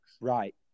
Right